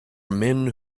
men